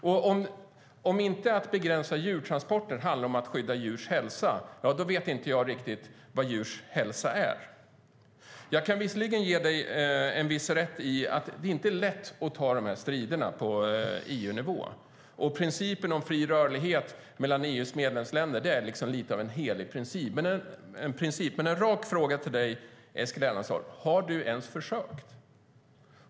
Om begränsning av djurtransporter inte handlar om att skydda djurs hälsa, ja då vet jag inte riktigt vad djurs hälsa är. Jag kan förvisso ge Eskil Erlandsson rätt när han säger att det inte är lätt att ta de här striderna på EU-nivå. Principen om fri rörlighet mellan EU:s medlemsländer är lite av en helig ko. En rak fråga till Eskil Erlandsson är: Har du ens försökt?